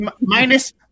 Minus